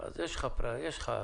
יש לך קילומטראז'.